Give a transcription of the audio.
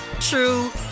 true